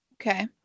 Okay